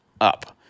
up